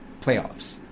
playoffs